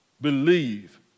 believe